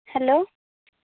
hello